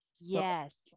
Yes